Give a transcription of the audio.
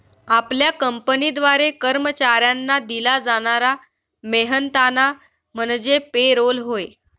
आपल्या कंपनीद्वारे कर्मचाऱ्यांना दिला जाणारा मेहनताना म्हणजे पे रोल होय